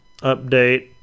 update